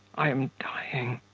i am dying.